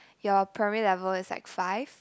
your primary level is like five